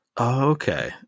Okay